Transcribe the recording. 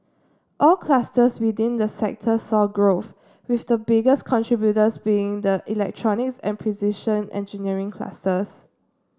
all clusters within the sector saw growth with the biggest contributors being the electronics and precision engineering clusters